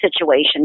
situation